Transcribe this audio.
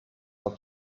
are